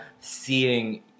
seeing